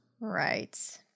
Right